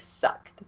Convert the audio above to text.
sucked